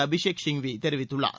அபிஷேக் சிங்வி தெரிவித்துள்ளார்